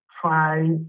try